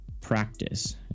practice